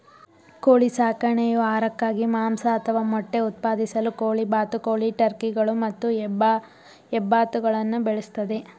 ಕೋಳಿ ಸಾಕಣೆಯು ಆಹಾರಕ್ಕಾಗಿ ಮಾಂಸ ಅಥವಾ ಮೊಟ್ಟೆ ಉತ್ಪಾದಿಸಲು ಕೋಳಿ ಬಾತುಕೋಳಿ ಟರ್ಕಿಗಳು ಮತ್ತು ಹೆಬ್ಬಾತುಗಳನ್ನು ಬೆಳೆಸ್ತದೆ